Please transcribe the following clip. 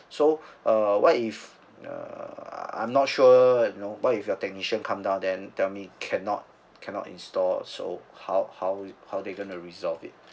so uh what if err I'm not sure you know what if your technician come down then tell me cannot cannot install so how how how they gonna resolve it